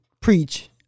preach